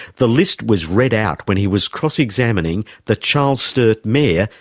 the list was read out when he was cross-examining the charles sturt mayor,